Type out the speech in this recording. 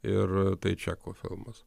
ir tai čekų filmas